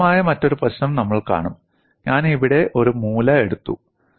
രസകരമായ മറ്റൊരു പ്രശ്നം നമ്മൾ കാണും ഞാൻ ഇവിടെ ഒരു മൂല എടുത്തു